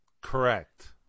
Correct